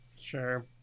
Sure